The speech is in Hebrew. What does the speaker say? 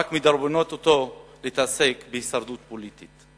רק מדרבנות אותו להתעסקות בהישרדות פוליטית?